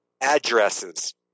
addresses